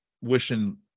wishing